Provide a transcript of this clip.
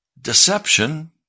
Deception